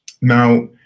Now